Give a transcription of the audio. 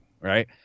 Right